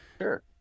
Sure